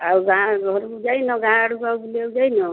ଆଉ ଗାଁ ଘରକୁ ଯାଇନ ଗାଁ ଆଡ଼କୁ ଆଉ ବୁଲିବାକୁ ଯାଇନ